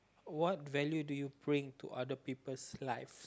what value do you bring to other people's life